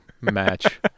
match